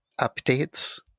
updates